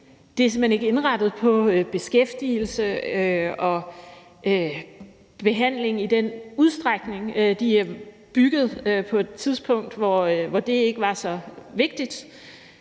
Den er simpelt hen ikke indrettet til beskæftigelse og behandling i den udstrækning. Vores arresthuse er bygget på et tidspunkt, hvor det ikke var så vigtigt.